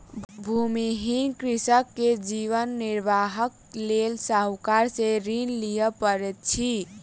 भूमिहीन कृषक के जीवन निर्वाहक लेल साहूकार से ऋण लिअ पड़ैत अछि